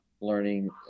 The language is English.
learning